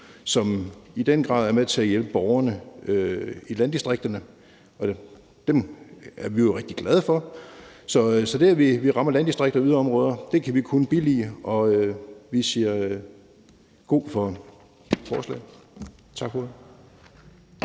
som i den grad er med til at hjælpe borgerne i landdistrikterne, og dem er vi jo rigtig glade for. Så det, at vi rammer landdistrikterne og yderområderne, kan vi kun billige, og vi siger god for forslaget. Tak for ordet.